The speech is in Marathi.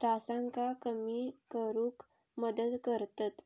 त्रासांका कमी करुक मदत करतत